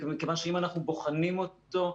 מכיוון שאם אנחנו בוחנים אותו,